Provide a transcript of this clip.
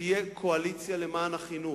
שתהיה קואליציה אמיתית למען החינוך,